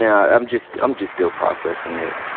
yeah i'm just i'm just still processing it.